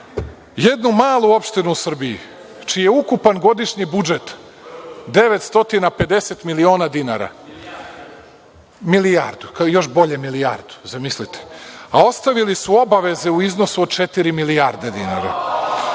Jednu malu opštinu u Srbiji čiji je ukupan godišnji budžet 950.000.000 dinara, još bolje milijardu. Zamislite, a ostavili su obaveze u iznosu od četiri milijarde dinara